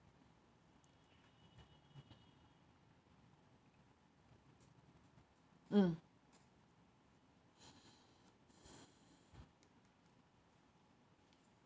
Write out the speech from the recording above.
mm